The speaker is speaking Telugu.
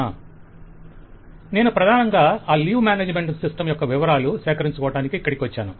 వెండర్ నేను ప్రదానంగా ఆ లీవ్ మేనేజ్మెంట్ సిస్టం యొక్క వివరాలు సేకరించుకోటానికి ఇక్కడికి వచ్చాను